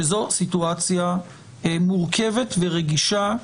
שזו סיטואציה מורכבת ורגישה?